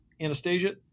Anastasia